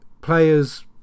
players